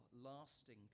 lasting